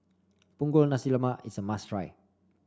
Punggol Nasi Lemak is a must try